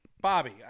Bobby